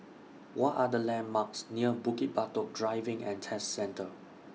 What Are The landmarks near Bukit Batok Driving and Test Centre